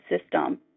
system